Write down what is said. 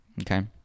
okay